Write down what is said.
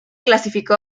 clasificó